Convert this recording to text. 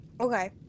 okay